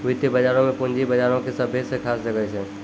वित्तीय बजारो मे पूंजी बजारो के सभ्भे से खास जगह छै